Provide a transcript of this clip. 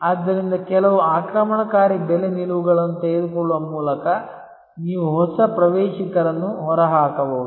ಆದ್ದರಿಂದ ಕೆಲವು ಆಕ್ರಮಣಕಾರಿ ಬೆಲೆ ನಿಲುವುಗಳನ್ನು ತೆಗೆದುಕೊಳ್ಳುವ ಮೂಲಕ ನೀವು ಹೊಸ ಪ್ರವೇಶಿಕರನ್ನು ಹೊರಹಾಕಬಹುದು